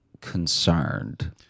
concerned